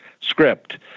script